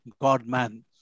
God-man